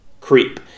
creep